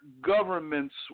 governments